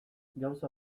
gauza